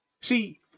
See